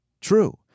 true